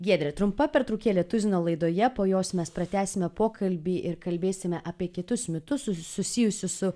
giedre trumpa pertraukėlė tuzino laidoje po jos mes pratęsime pokalbį ir kalbėsime apie kitus mitus susijusius su